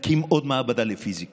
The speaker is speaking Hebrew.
נאמר פה כבר כמה פעמים שזה לא נורבגי.